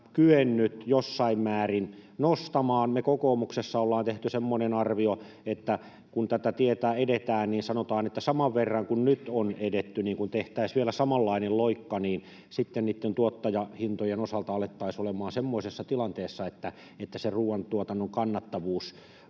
kyennyt jossain määrin nostamaan. Me kokoomuksessa ollaan tehty semmoinen arvio, että kun tätä tietä edetään, niin kun tehtäisiin vielä samanlainen loikka, sanotaan, saman verran kuin nyt on edetty, niin sitten niitten tuottajahintojen osalta alettaisiin olemaan semmoisessa tilanteessa, että ruoantuotannon kannattavuus